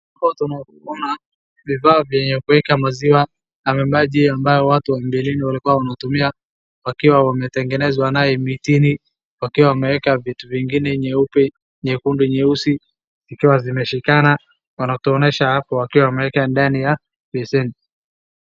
Hapo tunaona vifaa vya kuweka maziwa ama maji ambayo watu wa mbeleni walikuwa wanatumia wakiwa wametengenezwa nayo mitini, wakiwa wameweka vitu vingine nyeupe, nyekundu, nyeusi zikiwa zimeshikana, wanatuonyesha hapo wakiwa wameweka ndani ya beseni.